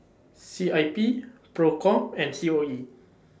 C I P PROCOM and C O E